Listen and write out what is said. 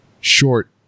short